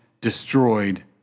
destroyed